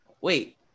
wait